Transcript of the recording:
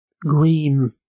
green